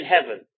heaven